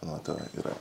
o tenai yra